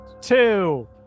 two